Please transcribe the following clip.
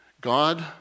God